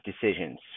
decisions